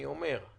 אני אומר,